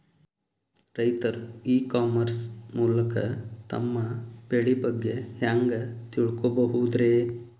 ರೈತರು e commerce ಮೂಲಕ ತಮ್ಮ ಬೆಳಿ ಬಗ್ಗೆ ಹ್ಯಾಂಗ ತಿಳ್ಕೊಬಹುದ್ರೇ?